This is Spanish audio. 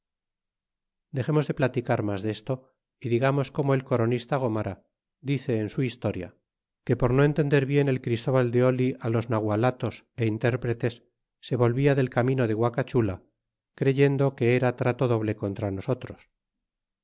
dexemos de platicar mas desto y digamos como el coronista gomara dice en su historia que por no entender bien el christóbal de olí los naguatatos é intérpretes se volvia del camino de guacachula creyendo que era trato doble contra nosotros